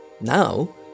Now